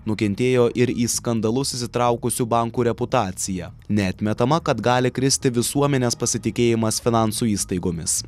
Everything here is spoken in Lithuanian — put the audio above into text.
nukentėjo ir į skandalus įsitraukusių bankų reputacija neatmetama kad gali kristi visuomenės pasitikėjimas finansų įstaigomis